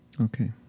Okay